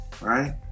Right